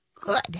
good